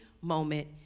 moment